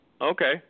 Okay